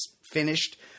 finished